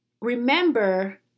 Remember